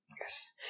Yes